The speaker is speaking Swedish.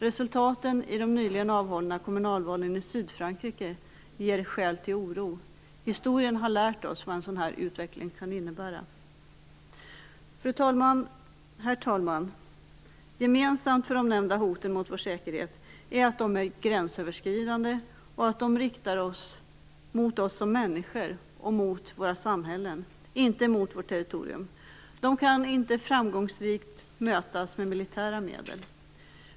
Resultaten i de nyligen avhållna kommunalvalen i Sydfrankrike ger skäl till oro. Historien har lärt oss vad en sådan här utveckling kan innebära. Herr talman! Gemensamt för de nämnda hoten mot vår säkerhet är att de är gränsöverskridande och att de riktas mot oss som människor och mot våra samhällen, inte mot vårt territorium. De kan inte framgångsrikt mötas med militära medel.